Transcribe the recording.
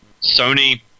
Sony